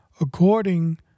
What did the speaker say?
according